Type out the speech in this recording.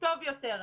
טוב יותר,